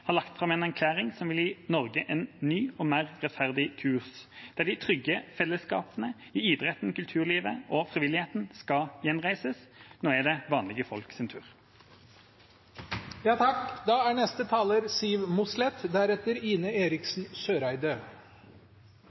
har lagt fram en erklæring som vil gi Norge en ny og mer rettferdig kurs, der de trygge fellesskapene i idretten, kulturlivet og frivilligheten skal gjenreises. Nå er det vanlige